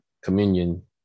communion